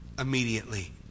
Immediately